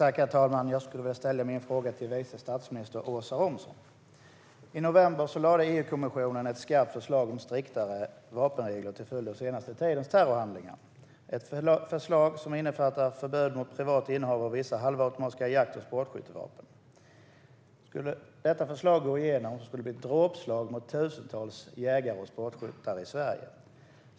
Herr talman! Jag skulle vilja ställa min fråga till vice statsminister Åsa Romson. I november lade EU-kommissionen fram ett skarpt förslag om striktare vapenregler till följd av den senaste tidens terrorhandlingar, ett förslag som innefattar ett förbud mot privat innehav av vissa halvautomatiska jakt och sportskyttevapen. Skulle detta förslag gå igenom skulle det bli ett dråpslag mot tusentals jägare och sportskyttar i Sverige.